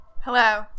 Hello